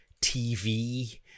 tv